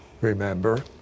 remember